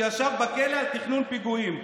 שישב בכלא על תכנון פיגועים.